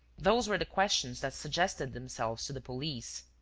those were the questions that suggested themselves to the police.